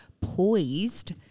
poised